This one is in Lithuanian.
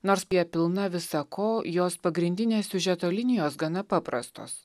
nors prie pilna visa ko jos pagrindinės siužeto linijos gana paprastos